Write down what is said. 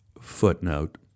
Footnote